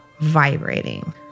vibrating